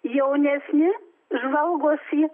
jaunesni žvalgosi